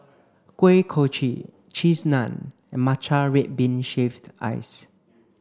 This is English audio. Kuih Kochi cheese naan and matcha red bean shaved ice